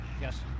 Yes